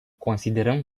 considerăm